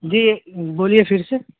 جی بولیے پھر سے